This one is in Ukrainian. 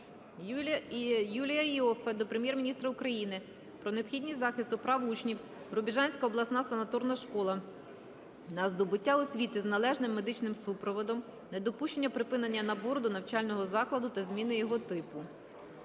Юлія Іоффе до Прем'єр-міністра України про необхідність захисту прав учнів "Рубіжанська обласна санаторна школа" на здобуття освіти з належним медичним супроводом, недопущення припинення набору до навчального закладу та зміни його типу.